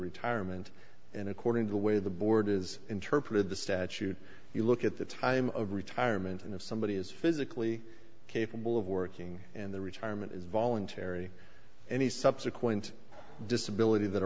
retirement and according to the way the board is interpreted the statute you look at the time of retirement and if somebody is physically capable of working and their retirement is voluntary any subsequent disability that